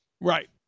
Right